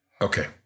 Okay